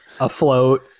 afloat